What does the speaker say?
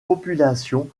population